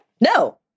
No